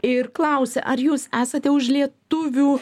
ir klausia ar jūs esate už lietuvių